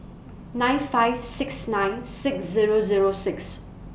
nine five six nine six Zero Zero six